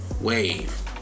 wave